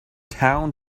town